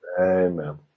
Amen